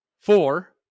four